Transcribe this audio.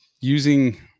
using